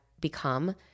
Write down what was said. become